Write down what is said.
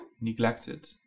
neglected